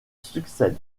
succède